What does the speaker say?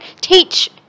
Teach